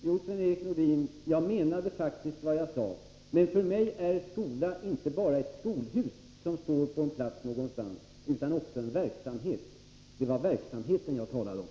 Herr talman! Ja, Sven-Erik Nordin, jag menade faktiskt vad jag sade. För mig är skola inte bara ett skolhus som står på en plats någonstans utan också en verksamhet. Det var verksamheten jag talade om.